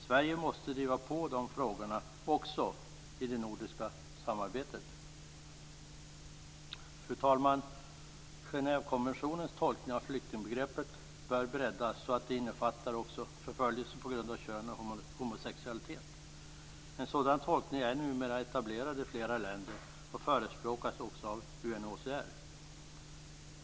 Sverige måste driva på i de frågorna också i det nordiska samarbetet. Fru talman! Genèvekonventionens tolkning av flyktingbegreppet bör breddas så att det innefattar också förföljelse på grund av kön och homosexualitet. En sådan tolkning är numera etablerad i flera länder och förespråkas också av UNHCR.